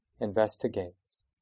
investigates